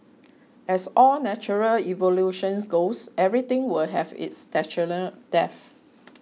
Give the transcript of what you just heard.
as all natural evolution goes everything will have its natural death